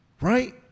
Right